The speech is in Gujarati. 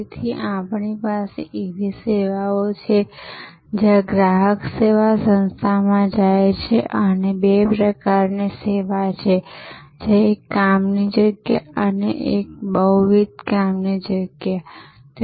તેથી આપણી પાસે એવી સેવાઓ છે જ્યાં ગ્રાહક સેવા સંસ્થામાં જાય છે અને બે પ્રકાર ની સેવા છે જ્યાં એક કામની જગ્યા અને બહુવિધ કામની જગ્યા છે